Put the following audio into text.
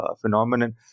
phenomenon